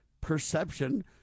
perception